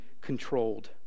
controlled